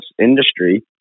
industry